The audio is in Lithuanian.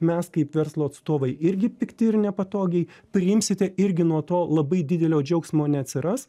mes kaip verslo atstovai irgi pikti ir nepatogiai priimsite irgi nuo to labai didelio džiaugsmo neatsiras